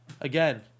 again